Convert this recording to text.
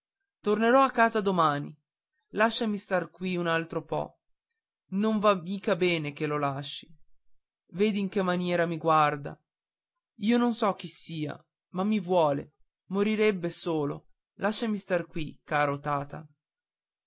tornerò a casa domani lasciami star qui un altro po non va mica bene che lo lasci vedi in che maniera mi guarda io non so chi sia ma mi vuole morirebbe solo lasciami star qui caro tata